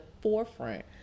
forefront